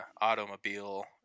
automobile